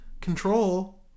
Control